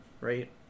right